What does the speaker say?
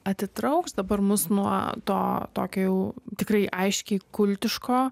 atitrauks dabar mus nuo to tokio jau tikrai aiškiai kultiško